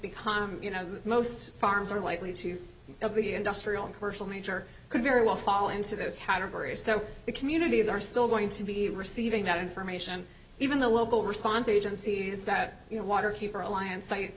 become you know most farms are likely to be industrial commercial nature could very well fall into those categories so the communities are still going to be receiving that information even the local response agencies that you know water keeper alliance site